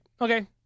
okay